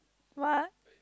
what